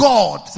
God